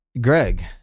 Greg